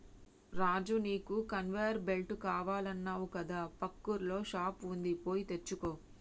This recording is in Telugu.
రాజు నీకు కన్వేయర్ బెల్ట్ కావాలన్నావు కదా పక్కూర్ల షాప్ వుంది పోయి తెచ్చుకో